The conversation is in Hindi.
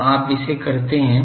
तो आप इसे करते हैं